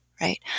right